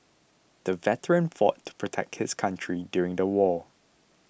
the veteran fought to protect his country during the war